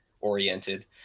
oriented